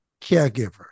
caregiver